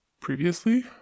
previously